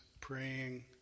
praying